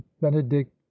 benedict